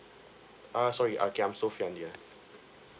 err sorry okay I'm sophian here